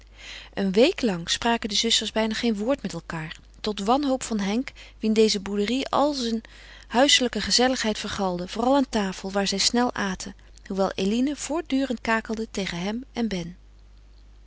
een week lang spraken de zusters bijna geen woord met elkaâr tot wanhoop van henk wien deze bouderie al zijn huiselijke gezelligheid vergalde vooral aan tafel waar zij snel aten hoewel eline voortdurend kakelde tegen hem en ben